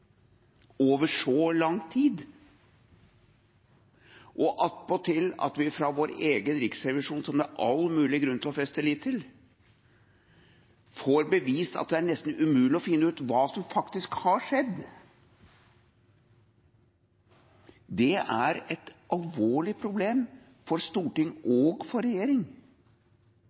over så lang tid – og attpåtil at vi av egen riksrevisjon, som det er all mulig grunn til å feste lit til, får bevist at det nesten er umulig å finne ut hva som har skjedd. Det er et alvorlig problem for storting og for regjering.